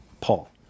Paul